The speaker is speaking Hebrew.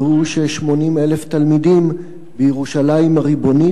והוא ש-80,000 תלמידים בירושלים הריבונית